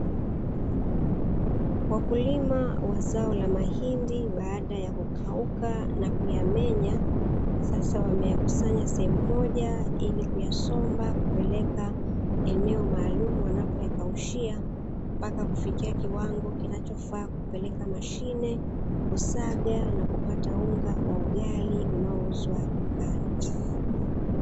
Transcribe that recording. Wakulima wa zao la mahindi, baada ya kukauka na kuyamenya, sasa wameyakusanya sehemu moja ili kuyasomba kupeleka eneo maalumu wanapoyakaushia, mpaka kufikia kiwango kinachofaa kupeleka machine, kusaga na kupata unga wa ugali unaouzwa dukani.